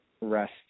rest